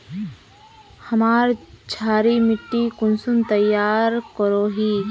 हमार क्षारी मिट्टी कुंसम तैयार करोही?